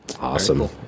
Awesome